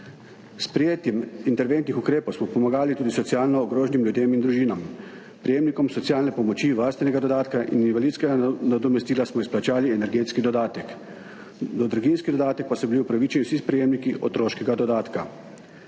S sprejetjem interventnih ukrepov smo pomagali tudi socialno ogroženim ljudem in družinam, prejemnikom socialne pomoči, varstvenega dodatka in invalidskega nadomestila smo izplačali energetski dodatek. Do draginjskega dodatka pa so bili upravičeni vsi prejemniki otroškega dodatka.